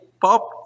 popped